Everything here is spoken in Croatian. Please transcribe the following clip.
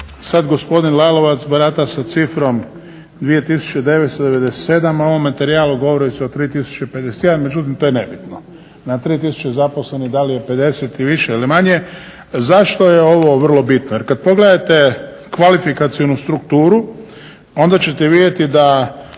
Sad gospodin Lalovac barata sa cifrom 2997, a u ovom materijalu govori se o 3051, međutim to je nebitno, na 3000 zaposlenih da li je 50 i više ili manje. Zašto je ovo vrlo bitno, jer kad pogledate kvalifikacionu strukturu onda ćete vidjeti da